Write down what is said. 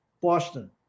Boston